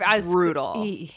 brutal